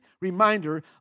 reminder